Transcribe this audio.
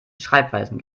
schreibweisen